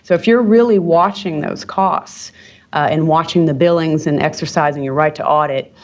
so if you're really watching those costs and watching the billings and exercising your right to audit,